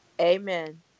Amen